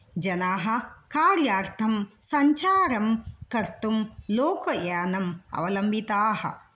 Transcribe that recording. जनाः कार्यार्थं सञ्चारम् कर्तुं लोकयानम् अवलम्बिताः